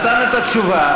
נתן את התשובה.